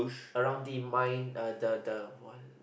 around the mine err the the one